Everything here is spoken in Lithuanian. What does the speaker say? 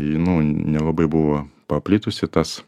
nu nelabai buvo paplitusi tas